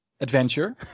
adventure